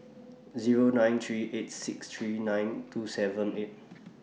Zero nine three eight six three nine two seven eight